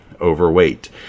overweight